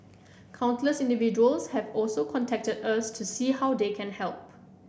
countless individuals have also contacted us to see how they can help